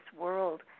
world